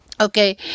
Okay